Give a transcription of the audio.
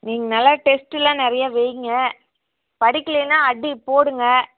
நீங்கள் நல்லா டெஸ்ட்டுலாம் நிறையா வையுங்க படிக்கலைனா அடி போடுங்கள்